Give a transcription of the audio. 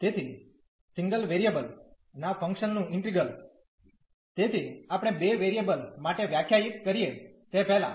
તેથી single variable single variable ના function નું ઈન્ટિગ્રલ તેથી આપણે બે વેરિયેબલ માટે વ્યાખ્યાયિત કરીએ તે પહેલાં